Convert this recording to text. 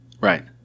Right